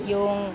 Yung